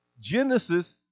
Genesis